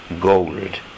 gold